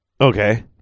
Okay